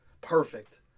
Perfect